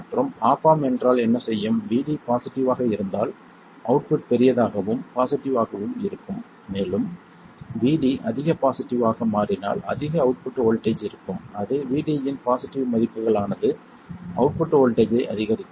மற்றும் op amp என்றால் என்ன செய்யும் Vd பாசிட்டிவ் ஆக இருந்தால் அவுட்புட் பெரியதாகவும் பாசிட்டிவ் ஆகவும் இருக்கும் மேலும் Vd அதிக பாசிட்டிவ் ஆக மாறினால் அதிக அவுட்புட் வோல்ட்டேஜ் இருக்கும் அது Vd இன் பாசிட்டிவ் மதிப்புகள் ஆனது அவுட்புட் வோல்ட்டேஜ் ஐ அதிகரிக்கும்